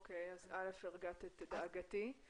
הרגעת אותי.